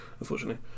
unfortunately